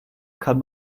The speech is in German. kann